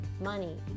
money